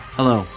Hello